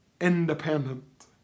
independent